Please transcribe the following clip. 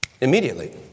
Immediately